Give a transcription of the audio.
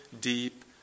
deep